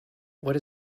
what